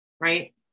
right